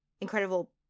Incredible